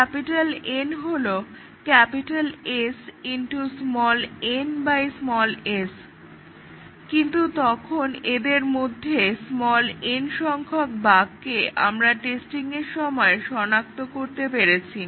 N হলো S n s কিন্তু তখন এদের মধ্যে n সংখ্যক বাগকে আমরা টেস্টিংয়ের সময় সনাক্ত করতে পেরেছি